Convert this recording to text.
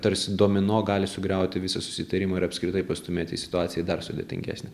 tarsi domino gali sugriauti visą susitarimą ir apskritai pastūmėti situaciją į dar sudėtingesnę